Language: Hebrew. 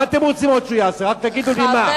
מה אתם רוצים עוד שהוא יעשה, רק תגידו לי מה.